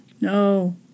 No